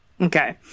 okay